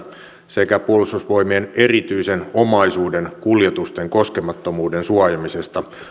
sekä puolustusvoimien erityisen omaisuuden kuljetusten koskemattomuuden suojaamisesta